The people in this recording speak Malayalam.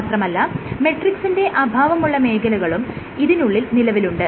മാത്രമല്ല മെട്രിക്സിന്റെ അഭാവമുള്ള മേഖലകളും ഇതിനുള്ളിൽ നിലവിലുണ്ട്